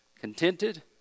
contented